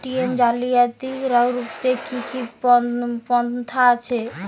ATM জালিয়াতি রুখতে কি কি পন্থা আছে?